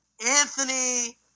Anthony